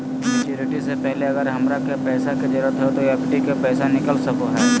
Maturity से पहले अगर हमरा पैसा के जरूरत है तो एफडी के पैसा निकल सको है?